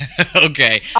Okay